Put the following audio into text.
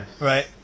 right